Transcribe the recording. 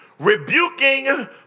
Rebuking